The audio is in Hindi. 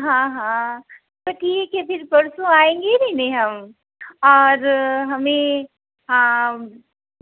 हाँ हाँ तो ठीक है फिर परसों आएंगे हीं हम और हमें